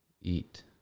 eat